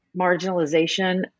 marginalization